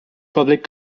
public